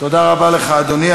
תודה רבה לך, אדוני.